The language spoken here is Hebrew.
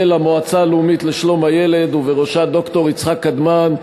ולמועצה הלאומית לשלום הילד ובראשה ד"ר יצחק קדמן,